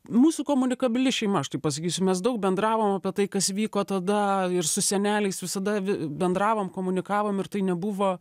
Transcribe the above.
mūsų komunikabili šeima aš taip pasakysiu mes daug bendravom apie tai kas vyko tada ir su seneliais visada bendravom komunikavom ir tai nebuvo